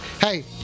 Hey